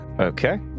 Okay